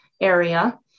area